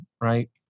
right